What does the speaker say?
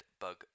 bug